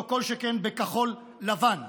לא כל שכן בכחול לבן.